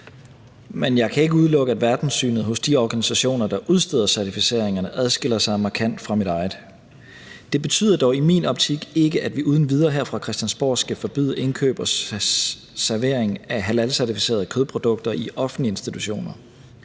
men jeg kan ikke udelukke, at verdenssynet hos de organisationer, der udsteder certificeringerne, adskiller sig markant fra mit eget. Det betyder dog i min optik ikke, at vi uden videre her fra Christiansborg skal forbyde indkøb og servering af halalcertificerede kødprodukter i offentlige institutioner.